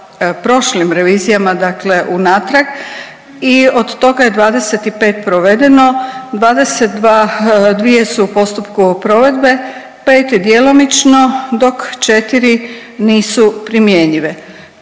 unatrag i od toga je 25 provedeno, 22 su u postupku provedbe, 5 djelomično, dok 4 nisu primjenjive.